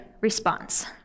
response